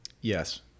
Yes